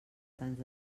tants